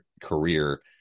career